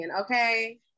okay